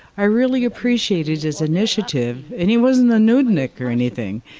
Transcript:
i really appreciated his initiative, and he wasn't a nudnik, or anything.